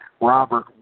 Robert